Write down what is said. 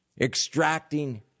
extracting